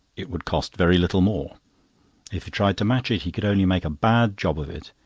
it would cost very little more if he tried to match it, he could only make a bad job of it.